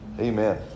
Amen